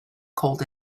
cold